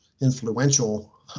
influential